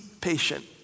patient